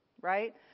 Right